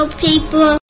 people